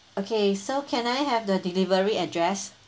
okay so can I have the delivery address